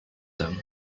them